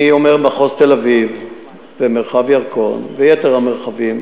אני אומר, מחוז תל-אביב ומרחב ירקון ויתר המרחבים